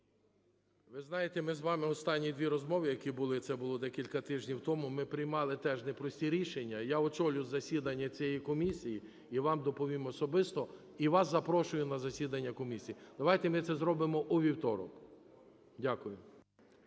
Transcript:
Ви знаєте, ми з вами в останні дві розмови, які були, це було декілька тижнів тому, ми приймали теж непрості рішення, я очолю засідання цієї комісії і вам доповім особисто, і вас запрошую на засідання комісії. Давайте ми це зробимо у вівторок. Дякую.